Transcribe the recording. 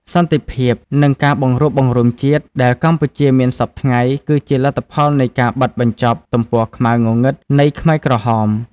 សន្តិភាព និងការបង្រួបបង្រួមជាតិដែលកម្ពុជាមានសព្វថ្ងៃ គឺជាលទ្ធផលនៃការបិទបញ្ចប់ទំព័រខ្មៅងងឹតនៃខ្មែរក្រហម។